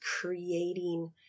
creating